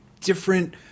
different